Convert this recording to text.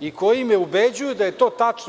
i koji me ubeđuju da je to tačno.